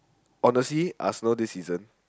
honestly are slow this season